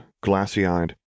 glassy-eyed